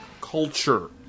culture